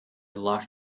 locked